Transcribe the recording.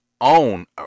own